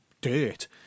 dirt